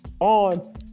on